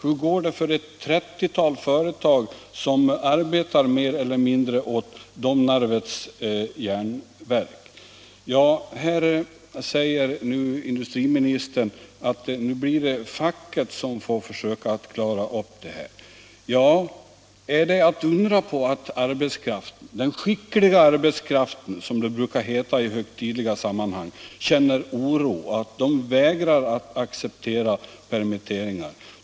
Hur går det för ett 30-tal företag som arbetar mer eller mindre åt Domnarvets Jernverk? Nu säger industriministern att det blir facket som får försöka att klara upp det här. Är det att undra på att den ”skickliga arbetskraften”, som det brukar heta i högtidliga sammanhang, känner oro och vägrar att acceptera permitteringar?